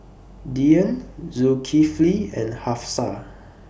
Dian Zulkifli and Hafsa